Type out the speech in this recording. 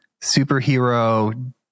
superhero